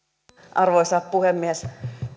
arvoisa puhemies